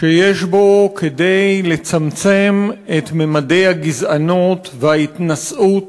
שיש בו כדי לצמצם את ממדי הגזענות וההתנשאות